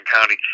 county